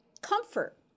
comfort